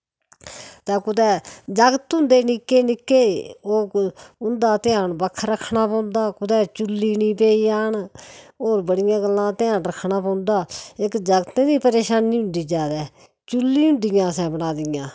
ते कुतै जागत होंदे निक्के निक्के ओह् उं'दा ध्यान बक्ख रक्खना पौंदा कुतै चु'ल्ली निं पेई जान होर बड़ियां गल्लां दा ध्यान बक्ख रक्खना पौंदा इक जागतें दी परेशानी होंदी जादै चु'ल्लीं होंदियां असें बना दियां